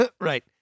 Right